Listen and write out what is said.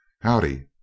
Howdy